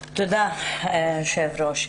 תודה, היושב-ראש.